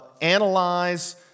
analyze